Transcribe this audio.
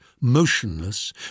motionless